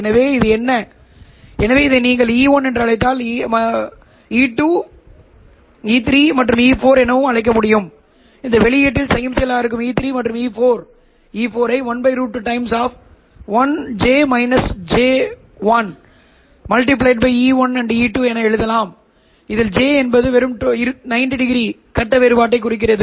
எனவே இது என்ன எனவே இதை நீங்கள் E1 என்று அழைத்தால் இதை E2 E3 மற்றும் E4 என அழைக்கவும் இந்த வெளியீட்டில் சமிக்ஞைகளாக இருக்கும் இந்த E3 மற்றும் E4 ஐ 1√2 1 j −j 1 என எழுதலாம் இந்த j என்பது 90o கட்ட வேறுபாட்டைக் குறிக்கிறது